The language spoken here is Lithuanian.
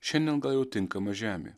šiandien gal jau tinkama žemė